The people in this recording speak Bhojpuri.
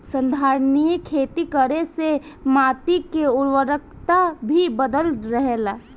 संधारनीय खेती करे से माटी के उर्वरकता भी बनल रहेला